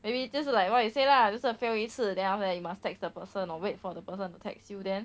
maybe 就是 like what you say lah 就是 fail 一次 then after that you must text the person or wait for the person to text you then